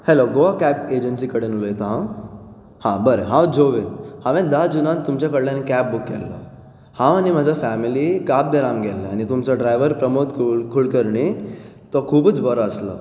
hello Goa cab agency कडेन उलयतां हांव हां बरें हांव जोवेन हांवें धा जुनाक तुमचे कडेन कॅब बूक केल्लो हांव आनी म्हजी फॅमिली काब दे राम गेल्ले आनी तुमचो ड्रायवर प्रमोद कुल कुलकर्णी तो खुबूच बरो आसलो